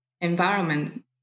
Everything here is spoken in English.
environment